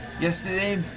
Yesterday